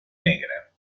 negra